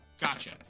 Gotcha